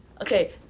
Okay